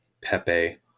Pepe